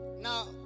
Now